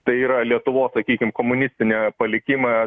tai yra lietuvos sakykim komunistinė palikimas